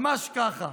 ממש ככה.